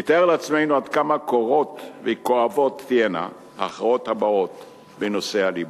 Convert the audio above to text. נתאר לעצמנו עד כמה קורעות וכואבות תהיינה ההכרעות הבאות בנושאי הליבה,